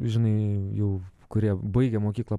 žinai jau kurie baigę mokyklą